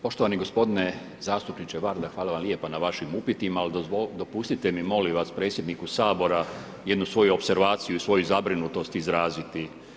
Poštovani gospodine zastupniče Varda, hvala vam lijepa na vašim upitima, ali dopustite mi molim vas predsjedniku Sabora, jednu svoju opservaciju i svoju zabrinutost izraziti.